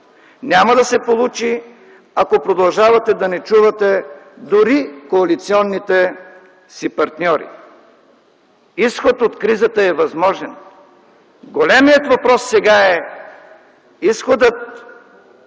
Няма да се получи, ако продължавате да не чувате дори коалиционните си партньори. Изход от кризата е възможен. Големият въпрос сега е да